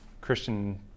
Christian